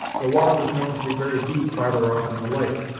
the water was known to be very deep further off in the lake,